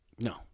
No